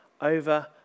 over